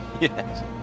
yes